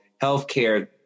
healthcare